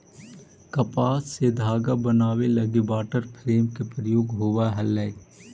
कपास से धागा बनावे लगी वाटर फ्रेम के प्रयोग होवऽ हलई